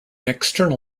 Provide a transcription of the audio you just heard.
external